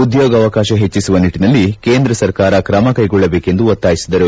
ಉದ್ಯೋಗಾವಕಾಶ ಹೆಚ್ಚಿಸುವ ನಿಟ್ಟಿನಲ್ಲಿ ಕೇಂದ್ರ ಸರ್ಕಾರ ಕ್ರಮ ಕೈಗೊಳ್ಳಬೇಕೆಂದು ಒತ್ತಾಯಿಸಿದರು